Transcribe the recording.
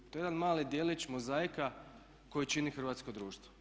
To je jedan mali djelić mozaika koji čini hrvatsko društvo.